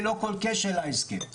ללא כל קשר להסכם.